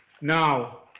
now